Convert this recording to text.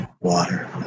Water